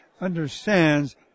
understands